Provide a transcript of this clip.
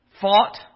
fought